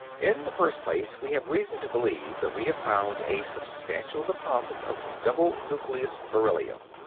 in the first place, we have reason to believe that we have found a substantial deposit of double-nucleus beryllium.